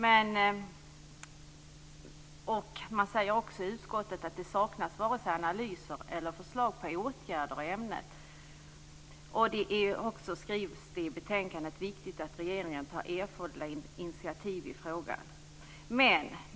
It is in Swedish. Det sägs också att det varken saknas analyser eller förslag till åtgärder i ämnet. Det sägs också att det är viktigt att regeringen tar erforderliga initiativ i frågan.